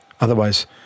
otherwise